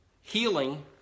Healing